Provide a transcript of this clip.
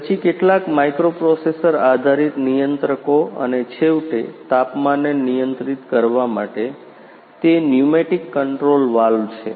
પછી કેટલાક માઈક્રોપ્રોસેસર આધારિત નિયંત્રકો અને છેવટે તાપમાનને નિયંત્રિત કરવા માટે તે નયુમેટિક કંટ્રોલ વાલ્વ છે